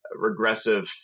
regressive